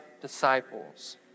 disciples